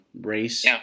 race